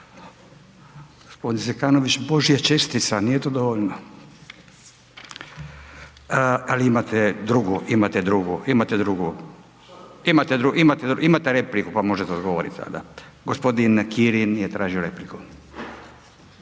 Gospodin Zekanović, božja čestica nije to dovoljno, ali imate drugu, imate drugu, imate drugu, imate repliku pa možete odgovoriti tada. Gospodin Kirin je tražio repliku.